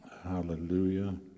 hallelujah